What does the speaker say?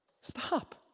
Stop